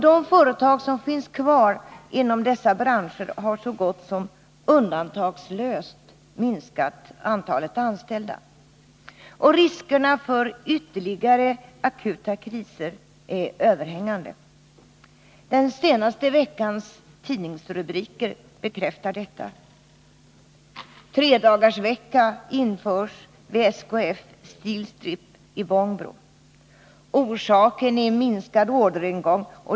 De företag som finns kvar inom dessa branscher har så gott som undantagslöst minskat antalet anställda. Riskerna för ytterligare akuta kriser är överhängande. Den senaste veckans tidningsrubriker bekräftar detta. Tredagarsvecka införs vid SKF Steelstrip AB i Bångbro. Orsaken är minskad orderingång.